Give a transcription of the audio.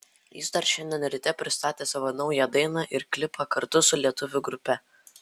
jis dar šiandien ryte pristatė savo naują dainą ir klipą kartu su lietuvių grupe